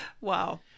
Wow